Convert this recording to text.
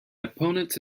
opponents